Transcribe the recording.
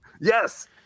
Yes